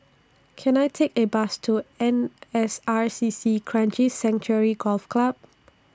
Can I Take A Bus to N S R C C Kranji Sanctuary Golf Club